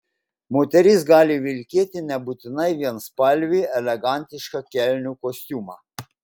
moteris gali vilkėti nebūtinai vienspalvį elegantišką kelnių kostiumą